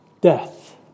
death